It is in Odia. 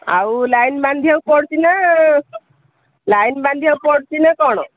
ଆଉ ଲାଇନ୍ ବାନ୍ଧିବାକୁ ପଡ଼ୁଛି ନା ଲାଇନ୍ ବାନ୍ଧିବାକୁ ପଡ଼ୁଛି ନା କଣ